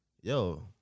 yo